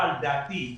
אבל דעתי היא